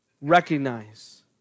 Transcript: Recognize